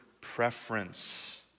preference